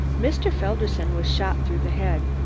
mr. felderson was shot through the head,